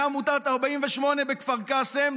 מעמותת 48 בכפר קאסם,